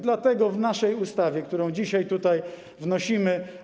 Dlatego w naszej ustawie, którą dzisiaj tutaj wnosimy.